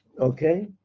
okay